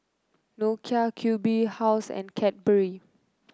Nokia Q B House and Cadbury